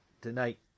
tonight